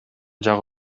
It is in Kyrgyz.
жагы